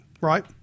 Right